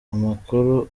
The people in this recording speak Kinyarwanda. amakuru